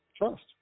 trust